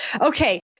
Okay